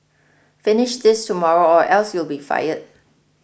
finish this tomorrow or else you'll be fired